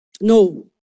No